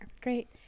Great